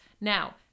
Now